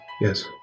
Yes